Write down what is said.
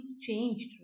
changed